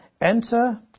enter